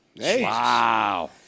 Wow